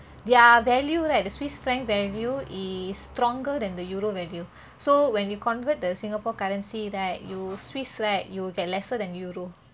their value right the swiss franc value is stronger than the euro value so when you convert the singapore currency right you swiss right you'll get lesser than euro